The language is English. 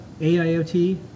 AIoT